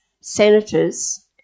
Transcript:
senators